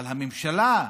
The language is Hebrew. אבל הממשלה,